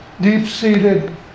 Deep-seated